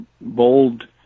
bold